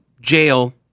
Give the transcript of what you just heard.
jail